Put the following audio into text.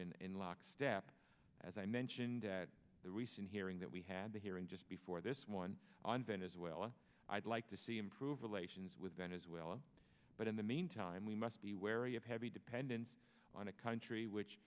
in in lockstep as i mentioned at the recent hearing that we had here in just before this one on venezuela i'd like to see improve relations with venezuela but in the meantime we must be wary of heavy dependence on a country which